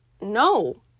No